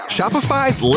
Shopify's